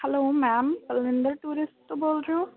hello ma'am Alvinder tourist ਤੋਂ ਬੋਲ ਰਹੇ ਹੋ